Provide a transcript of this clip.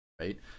right